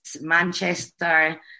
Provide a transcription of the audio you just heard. Manchester